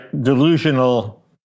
delusional